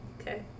Okay